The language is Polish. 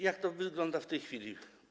Jak to wygląda w tej chwili?